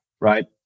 right